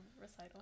recital